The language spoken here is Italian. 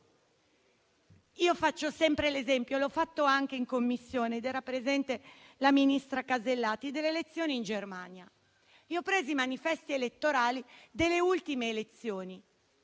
Io faccio sempre l'esempio - l'ho fatto anche in Commissione ed era presente la ministra Alberti Casellati - delle elezioni in Germania. Io ho preso i manifesti elettorali delle ultime elezioni.